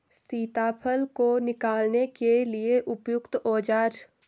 सीताफल को निकालने के लिए उपयुक्त औज़ार?